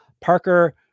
Parker